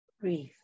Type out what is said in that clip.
breathe